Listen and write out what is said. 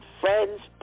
friend's